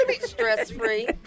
Stress-free